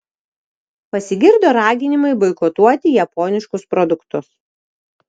pasigirdo raginimai boikotuoti japoniškus produktus